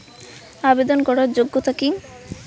আবেদন করার যোগ্যতা কি?